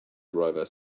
driver